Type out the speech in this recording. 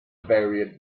variant